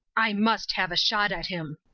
i must have a shot at him.